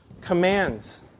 commands